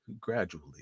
gradually